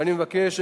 ואני מבקש,